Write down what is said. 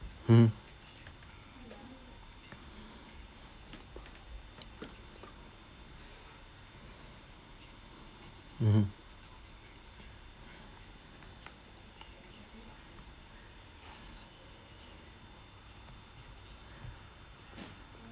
mmhmm mmhmm